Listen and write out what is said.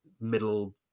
middle